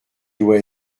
doit